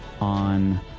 on